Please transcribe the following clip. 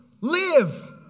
live